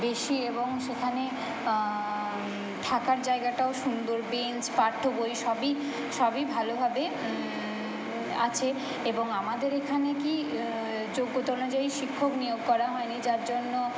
বেশি এবং সেখানে থাকার জায়গাটাও সুন্দর বেঞ্চ পাঠ্যবই সবই সবই ভালোভাবে আছে এবং আমাদের এখানে কি যোগ্যতা অনুযায়ী শিক্ষক নিয়োগ করা হয়নি যার জন্য